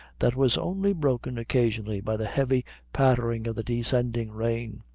that was only broken occasionally by the heavy pattering of the descending rain,